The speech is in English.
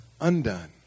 undone